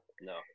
No